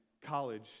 college